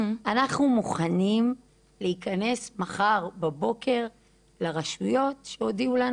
אנחנו מוכנים להיכנס מחר בבוקר לרשויות שהודיעו לנו